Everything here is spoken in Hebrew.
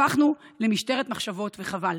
הפכנו למשטרת מחשבות וחבל.